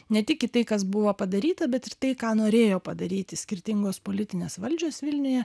ne tik į tai kas buvo padaryta bet ir tai ką norėjo padaryti skirtingos politinės valdžios vilniuje